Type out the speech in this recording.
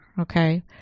Okay